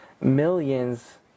millions